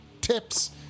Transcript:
tips